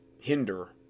hinder